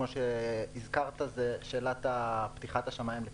כפי שהזכרת זה שאלת פתיחת השמיים לטיסות.